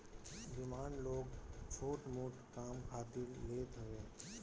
demand loan छोट मोट काम खातिर लेत हवे